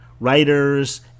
Writers